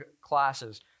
classes